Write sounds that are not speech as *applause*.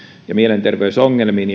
ja mielenterveysongelmiin *unintelligible*